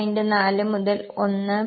4 മുതൽ 1